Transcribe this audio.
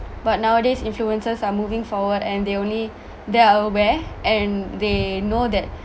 but nowadays influencers are moving forward and they only they are aware and they know that